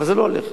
אבל זה לא הולך,